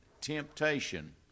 temptation